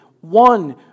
one